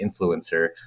influencer